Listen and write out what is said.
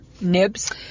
Nibs